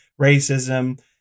racism